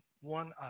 one